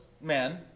men